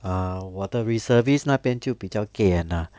err 我的 reservist 那边就比较 ge yan lah